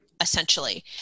essentially